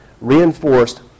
reinforced